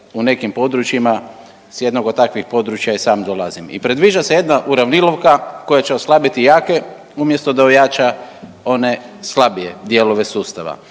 u nekim područjima. Sa jednog od takvih područja i sam dolazim. I predviđa se jedna uravnilovka koja će oslabiti jake, umjesto da ojača one slabije dijelove sustava.